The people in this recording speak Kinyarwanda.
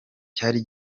cyari